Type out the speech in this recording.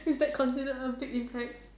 is that considered a big impact